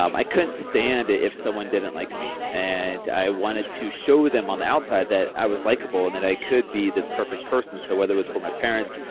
um i couldn't stand it if someone didn't like me and i wanted to show them on the outside that i was likable and that i could be this perfect person. so whether it was for my parents,